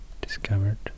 discovered